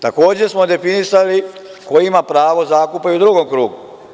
Takođe, smo definisali koji ima pravo zakupa i u drugom krugu.